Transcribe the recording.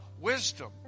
wisdom